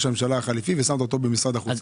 הממשלה החליפי והעברת אותן במשרד החוץ?